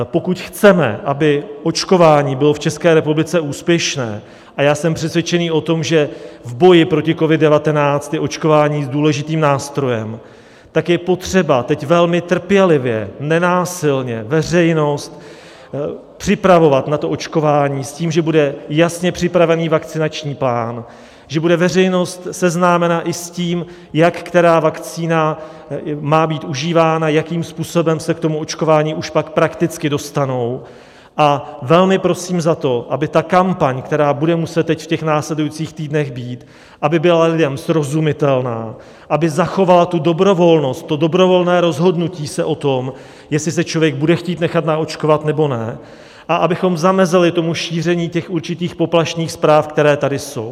Pokud chceme, aby očkování bylo v České republice úspěšné a já jsem přesvědčený o tom, že v boji proti COVID19 je očkování důležitým nástrojem tak je potřeba teď velmi trpělivě, nenásilně veřejnost připravovat na to očkování s tím, že bude jasně připravený vakcinační plán, že bude veřejnost seznámena i s tím, jak která vakcína má být užívána, jakým způsobem se k tomu očkování už pak prakticky dostanou, a velmi prosím za to, aby ta kampaň, která bude muset teď v těch následujících týdnech být, byla lidem srozumitelná, aby zachovala tu dobrovolnost, to dobrovolné rozhodnutí se o tom, jestli se člověk bude chtít nechat naočkovat nebo ne a abychom zamezili šíření těch určitých poplašných zpráv, které tady jsou.